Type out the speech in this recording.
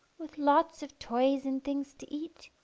with lots of toys and things to eat,